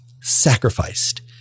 sacrificed